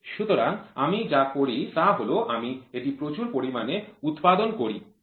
সুতরাং আমি যা করি তা হল আমি এটি প্রচুর পরিমাণে উৎপাদন করি